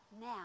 now